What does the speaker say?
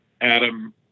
Adam